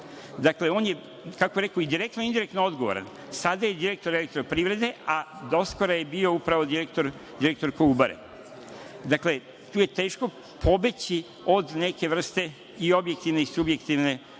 Dakle, on je direktno i indirektno odgovaran. Sada je direktor EPS, a doskora je bio upravo direktor Kolubare. Dakle, tu je teško pobeći od neke vrste i objektivne i subjektivne